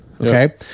Okay